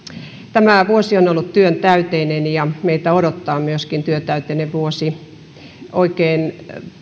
tämä vuosi on ollut työntäyteinen ja meitä myöskin odottaa työntäyteinen vuosi oikein